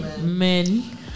men